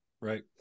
Right